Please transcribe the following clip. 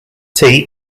tea